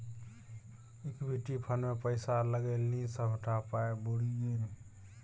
equity fund मे पैसा लगेलनि सभटा पाय बुरि गेल